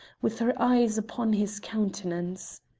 with her eyes upon his countenance.